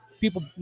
people